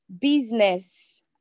business